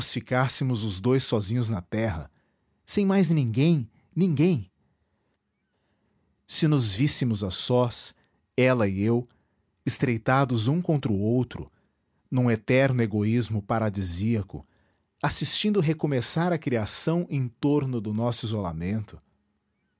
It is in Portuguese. ficássemos os dois sozinhos na terra sem mais ninguém ninguém se nos víssemos a sós ela e eu estreitados um contra o outro num eterno egoísmo paradisíaco assistindo recomeçar a criação em torno do nosso isolamento